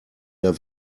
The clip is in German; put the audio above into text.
der